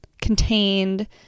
contained